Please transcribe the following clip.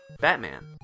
Batman